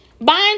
buying